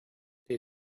wir